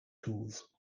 tools